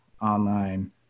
online